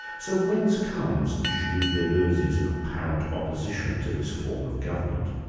so whence comes gilles deleuze's apparent opposition to this form of government?